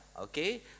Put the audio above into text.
okay